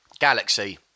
Galaxy